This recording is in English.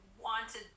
wanted